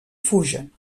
fugen